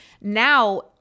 Now